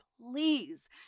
Please